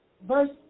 verse